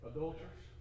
Adulterers